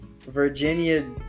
Virginia